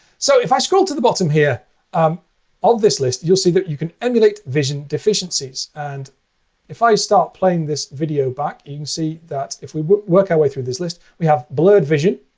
so if i scroll to the bottom here um of this list, you'll see that you can emulate vision deficiencies. and if i start playing this video back, you can see that if we work our way through this list, we have blurred vision,